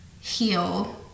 heal